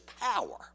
power